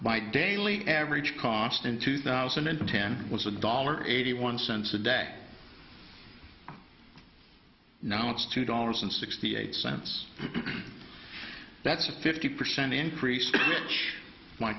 by daily average cost in two thousand and ten was a dollar eighty one cents a day now it's two dollars and sixty eight cents that's a fifty percent increase